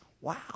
Wow